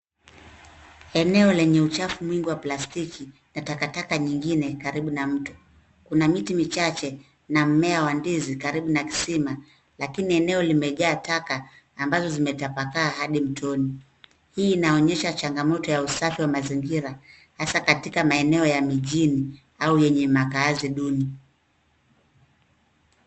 Eneo lenye uchafu mwingi wa plastiki na takataka zingine karibu na mto. Kuna miti michache na mmea wa ndizi karibu na kisima, lakini eneo limejaa taka ambazo zimetapakaa hadi mtoni. Hii inaonyesha changamoto ya usafi wa mazingira, hasa katika maeneo ya mijini au yenye makaazi duni.